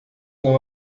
não